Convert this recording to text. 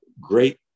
great